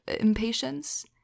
impatience